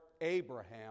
Abraham